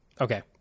Okay